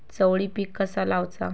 चवळी पीक कसा लावचा?